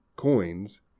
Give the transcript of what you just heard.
Coins